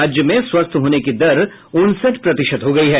राज्य में स्वस्थ होने की दर उनसठ प्रतिशत हो गई है